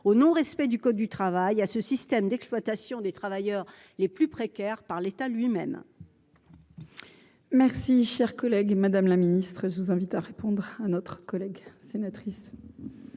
au non respect du code du travail à ce système d'exploitation des travailleurs les plus précaires par l'État lui-même. Merci, cher collègue, Madame la Ministre, je vous invite à répondre à notre collègue sénatrice.